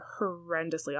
horrendously